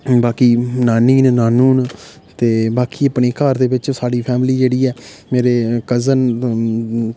बाकि नानी न नानू न ते बाकि अपने घर दे बिच साढ़ी फैमली जेह्ड़ी ऐ मेरे कजिन न